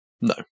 No